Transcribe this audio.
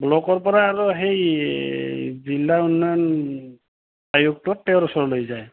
ব্লকৰ পৰা আৰু সেই জিলা উন্নয়ন আয়োগটোত তেওঁৰ ওচৰলৈ যায়